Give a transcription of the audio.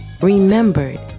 remembered